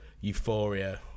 euphoria